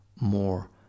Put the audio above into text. more